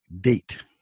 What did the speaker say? date